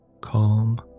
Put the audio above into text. Calm